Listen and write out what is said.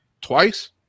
twice